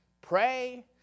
Pray